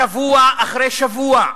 שבוע אחרי שבוע,